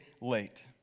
late